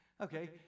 Okay